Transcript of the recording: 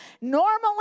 normally